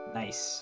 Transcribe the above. nice